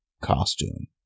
costume